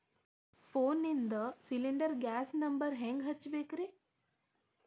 ಫೋನಿಂದ cylinder gas number ಹೆಂಗ್ ಹಚ್ಚ ಬೇಕ್ರಿ?